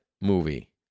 movie